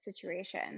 situation